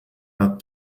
not